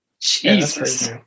Jesus